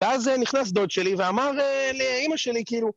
‫ואז אה.. נכנס דוד שלי ואמר אה.. לאימא שלי, ‫כאילו...